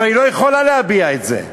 אבל היא לא יכולה להביע את זה.